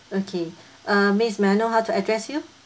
okay uh miss may I know how to address you